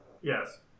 Yes